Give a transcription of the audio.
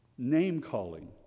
Name-calling